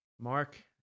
Mark